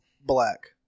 black